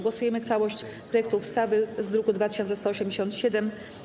Głosujemy nad całością projektu ustawy z druku nr 2187.